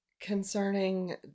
Concerning